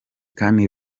kandi